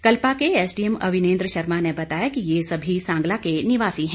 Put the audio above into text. कल्पा के एसडीएम अविनेंद्र शर्मा ने बताया कि ये सभी सांगला के निवासी हैं